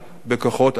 בכוחות עצמנו.